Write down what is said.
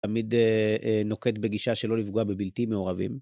תמיד נוקט בגישה שלא לפגוע בבלתי מעורבים.